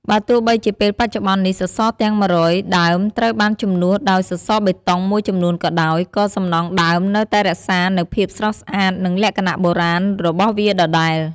បើទោះបីជាពេលបច្ចុប្បន្ននេះ សសរទាំង ១០០ ដើមត្រូវបានជំនួសដោយសសរបេតុងមួយចំនួនក៏ដោយ ក៏សំណង់ដើមនៅ តែរក្សានូវភាពស្រស់ស្អាត និងលក្ខណៈបុរាណរបស់វាដដែល ។